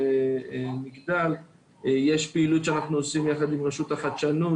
יש כאן פתיחות מדהימה בזרוע העבודה לנושא של פתיחת חסמים